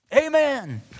Amen